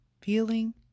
feeling